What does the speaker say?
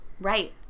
Right